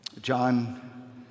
John